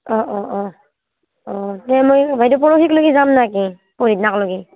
অঁ অঁ অঁ অঁ তে মই বাইদেউ পৰহিক লেকি যাম নেকি পৰহিদিনাকলকি